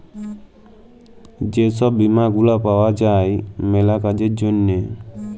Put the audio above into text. যে ছব বীমা গুলা পাউয়া যায় ম্যালা কাজের জ্যনহে